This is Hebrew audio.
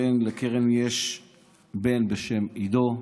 לקרן יש בן בשם עידו.